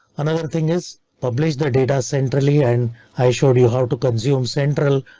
another thing is published the data centrally and i showed you how to consume central,